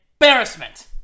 embarrassment